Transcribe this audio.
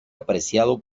apreciado